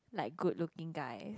like good looking guys